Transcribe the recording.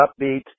upbeat